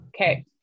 Okay